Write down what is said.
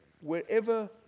wherever